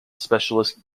specialist